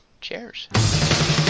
cheers